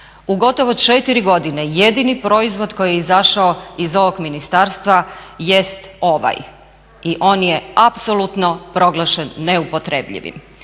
U gotovo 4 godine jedini proizvod koji je izašao iz ovog ministarstva jest ovaj i on je apsolutno proglašen neupotrebljivim.